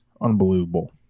Unbelievable